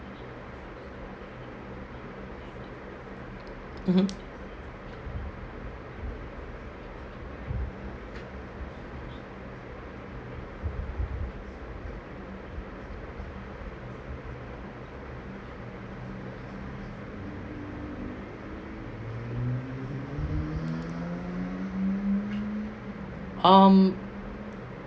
(uh huh) um